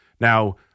Now